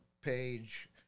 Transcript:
page